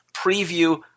Preview